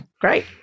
Great